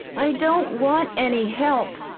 i don't want any help,